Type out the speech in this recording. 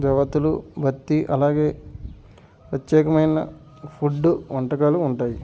దేవతలు భక్తి అలాగే ప్రత్యేకమైన ఫుడ్ వంటకాలు ఉంటాయి